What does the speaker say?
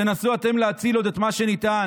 תנסו אתם להציל עוד את מה שניתן.